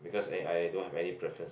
because eh I don't have any preference